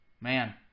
Man